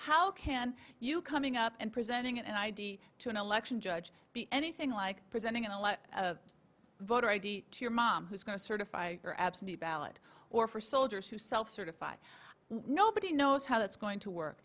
how can you coming up and presenting an id to an election judge be anything like presenting a lot of voter id to your mom who's going to certify your absentee ballot or for soldiers who self certify nobody knows how that's going to work